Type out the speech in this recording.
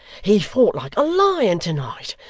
he fought like a lion tonight,